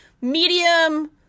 medium